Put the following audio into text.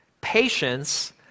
patience